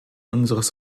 unseres